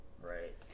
Right